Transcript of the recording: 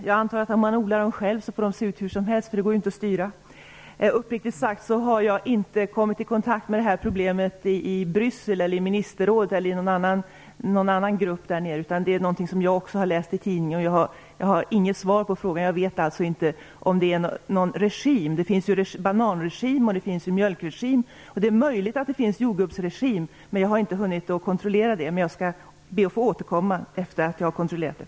Herr talman! Om man odlar dem själv antar jag att de får se ut hur som helst - det går ju inte att styra. Uppriktigt sagt har jag inte kommit i kontakt med det här problemet i Bryssel, i ministerrådet eller i någon annan grupp; jag har bara läst om det i tidningen. Jag har inget svar på frågan. Jag vet alltså inte om det är någon regim - det finns ju bananregimer och det finns mjölkregimer, och det är möjligt att det också finns jordgubbsregimer; jag har inte hunnit kontrollera det, men jag skall be att få återkomma när jag har gjort det.